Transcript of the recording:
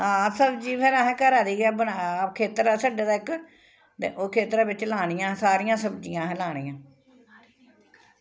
हां सब्जी फिर असें घरै दी गै बनाऽ खेत्तर ऐ छड्डे दा इक ते ओह् खेत्तरै बिच्च लानियां सारियां सब्जियां असें लानियां